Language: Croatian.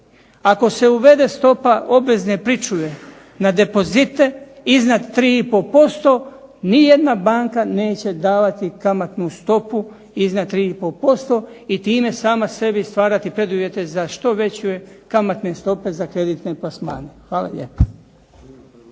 Ako se uvede stopa obvezne pričuve na depozite iznad 3,5% nijedna banka neće davati kamatnu stopu iznad 3,5% i time sama sebi stvarati preduvjete za što veće kamatne stope za kreditne plasmane. Hvala lijepa.